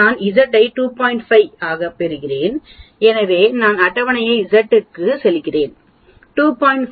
5 ஆகப் பெறுகிறேன் எனவே நான் அட்டவணை Z க்குச் செல்கிறேன் 2